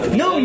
no